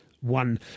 one